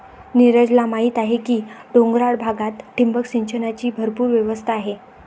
नीरजला माहीत आहे की डोंगराळ भागात ठिबक सिंचनाची भरपूर व्यवस्था आहे